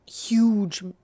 huge